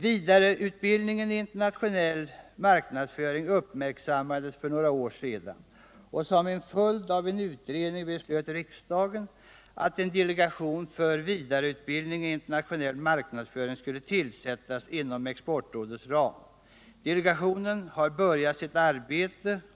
Vidareutbildningen i internationell marknadsföring uppmärksammades för några år sedan, och som en följd av en utredning beslöt riksdagen att en delegation för vidareutbildning i internationell marknadsföring skulle tillsättas inom Exportrådets ram. Delegationen har börjat sitt arbete.